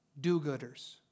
do-gooders